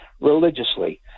religiously